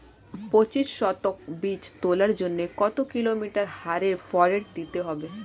পঁচিশ শতক বীজ তলার জন্য কত কিলোগ্রাম হারে ফোরেট দিতে হবে?